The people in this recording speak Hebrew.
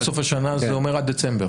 עד סוף השנה זה אומר עד דצמבר.